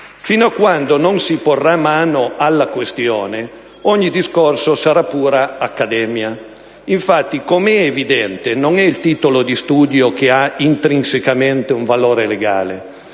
Fino a quando non si porrà mano alla questione, ogni discorso sarà pura accademia. Infatti, come è evidente, non è il titolo di studio che ha intrinsecamente un valore legale,